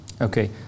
Okay